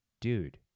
dude